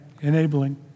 enabling